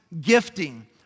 gifting